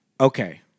Okay